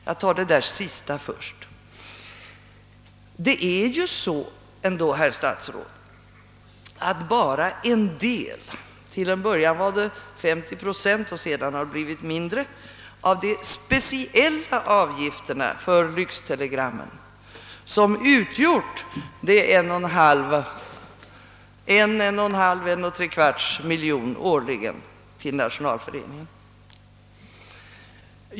Jag tar upp den sista frågan först. Det är ju ändå så, herr statsråd, att det bara är en del — till en början var det 50 procent och sedan har det blivit mindre — av de speciella avgifterna för lyxtelegrammen som utgjort dessa 1, 1,5 eller 15/4 miljon årligen till Nationalföreningen.